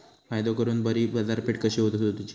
फायदो करून बरी बाजारपेठ कशी सोदुची?